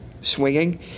swinging